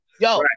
yo